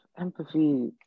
empathy